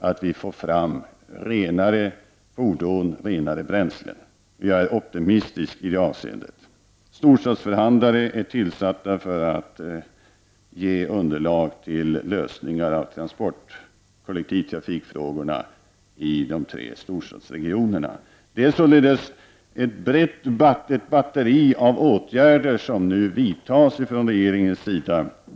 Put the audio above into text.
Vi behöver renare fordon och renare bränsle. Jag är optimistisk i det avseendet. Storstadsförhandlare är tillsatta för att ge underlag till lösning av transportoch kollektivtrafikfrågorna i de tre storstadsregionerna. Det är således ett brett batteri av åtgärder som nu vidtas från regeringens sida.